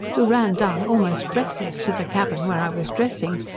who ran down almost breathless to the cabin where i was dressing,